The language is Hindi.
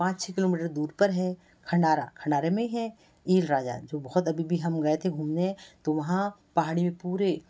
पाँच छः किलो मीटर दूर पर है खंडारा खंडारे में है ईल राजा जो बहुत अभी भी हम गए थे घूमने तो वहाँ पहाड़ी में पूरे